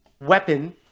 weapon